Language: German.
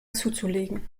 zuzulegen